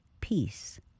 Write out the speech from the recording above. peace